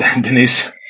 Denise